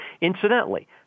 Incidentally